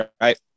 right